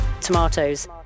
Tomatoes